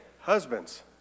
husbands